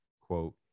quote